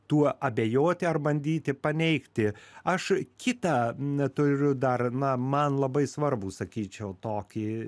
tuo abejoti ar bandyti paneigti aš kitą turiu dar na man labai svarbų sakyčiau tokį